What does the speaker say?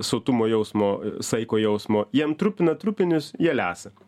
sotumo jausmo saiko jausmo jiem trupina trupinius jie lesa